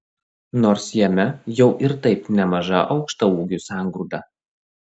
nors jame jau ir taip nemaža aukštaūgių sangrūda